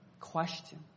question